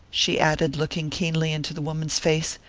she added, looking keenly into the woman's face,